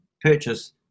purchase